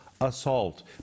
assault